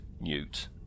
Newt